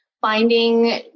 finding